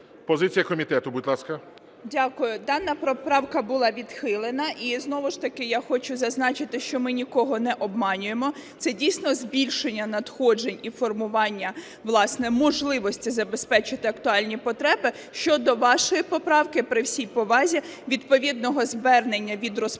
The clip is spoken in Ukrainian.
Позиція комітету, будь ласка. 13:21:47 ЗАБУРАННА Л.В. Дякую. Дана правка була відхилена. І знову ж таки я хочу зазначити, що ми нікого не обманюємо. Це дійсно збільшення надходжень і формування, власне, можливості забезпечити актуальні потреби. Щодо вашої поправки, при всій повазі, відповідного звернення від розпорядника